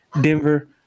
Denver